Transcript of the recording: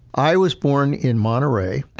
i was born in monterey.